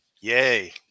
Yay